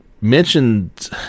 mentioned